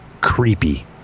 creepy